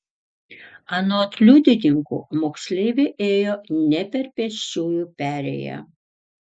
anot liudininkų moksleivė ėjo ne per pėsčiųjų perėją